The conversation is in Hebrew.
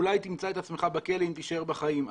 אולי תמצא את עצמך בכלא אם תישאר בחיים,